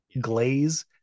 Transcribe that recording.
glaze